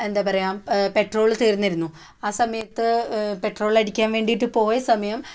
എന്താണ് പറയുക പെട്രോൾ തീർന്നിരുന്നു ആ സമയത്ത് പെട്രോൾ അടിക്കാൻ വേണ്ടിയിട്ട് പോയ സമയം